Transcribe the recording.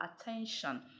attention